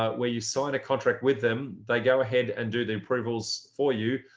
ah where you sign a contract with them, they go ahead and do the approvals for you.